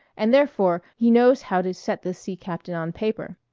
and therefore he knows how to set this sea captain on paper.